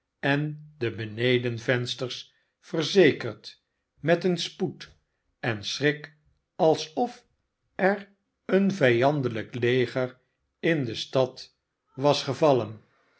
en de benedenvensters verzekerd met een spoed en schrik alsof er een vijandelijk leger in de stad was gevallen